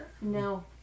no